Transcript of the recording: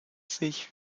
sich